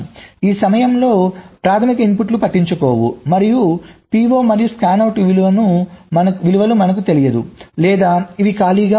ఈ సమయంలో ప్రాధమిక ఇన్పుట్లు పట్టించుకోవు మరియు PO మరియు స్కానౌట్ విలువలు మనకు తెలియదు లేదా ఇది ఖాళీగా ఉంటాయి